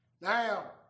Now